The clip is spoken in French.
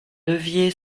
levier